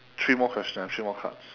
three more question ah three more cards